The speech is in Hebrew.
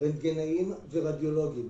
רנטגנאים ורדיולוגים.